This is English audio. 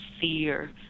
fear